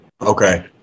okay